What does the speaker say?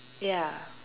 ya